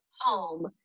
home